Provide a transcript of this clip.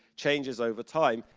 changes over time,